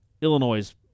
Illinois